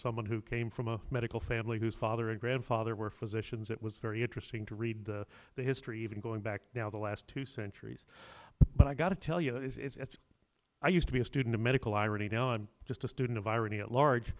someone who came from a medical family whose father and grandfather were physicians it was very interesting to read the history even going back now the last two centuries but i gotta tell you it's i used to be a student of medical irony now i'm just a student of irony at large